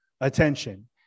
attention